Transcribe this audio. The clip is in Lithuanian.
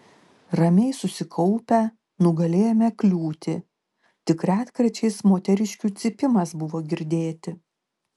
ramiai susikaupę nugalėjome kliūtį tik retkarčiais moteriškių cypimas buvo girdėti